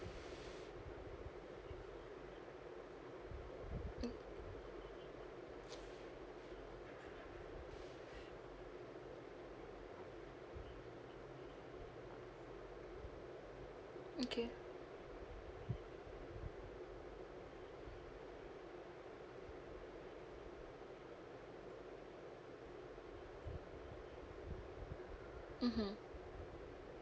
mm okay mmhmm